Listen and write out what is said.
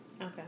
okay